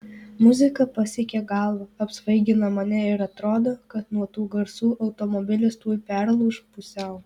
muzika pasiekia galvą apsvaigina mane ir atrodo kad nuo tų garsų automobilis tuoj perlūš pusiau